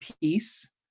peace